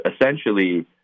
essentially